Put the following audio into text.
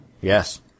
Yes